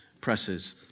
presses